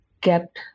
kept